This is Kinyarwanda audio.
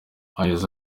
yagize